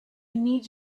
need